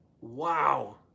Wow